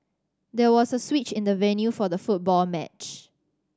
there was a switch in the venue for the football match